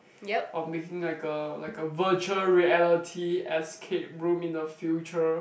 of making like a like a virtual reality escape room in the future